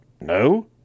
No